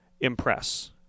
impress